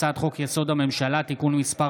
הצעת חוק-יסוד: הממשלה (תיקון מס'